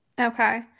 Okay